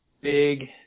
big